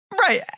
Right